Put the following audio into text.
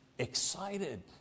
excited